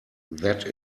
that